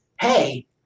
hey